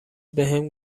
بهم